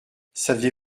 savez